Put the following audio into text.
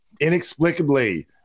Inexplicably